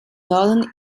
northern